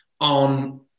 On